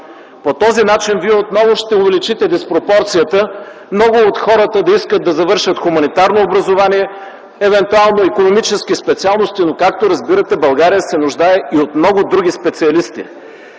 По този начин вие отново ще увеличите диспропорцията – много от хората да искат да завършат хуманитарно образование, евентуално икономически специалности, но както разбирате, България се нуждае и от много други специалисти.